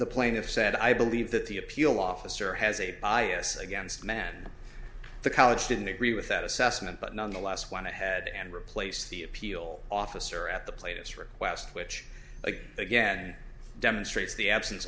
the plaintiff said i believe that the appeal officer has a bias against man the college didn't agree with that assessment but nonetheless went ahead and replace the appeal officer at the plaintiffs request which again again demonstrates the absence